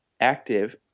active